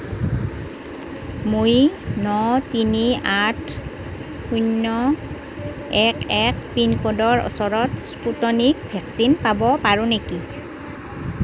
মই ন তিনি আঠ শূন্য এক এক পিনক'ডৰ ওচৰত স্পুটনিক ভেকচিন পাব পাৰোঁ নেকি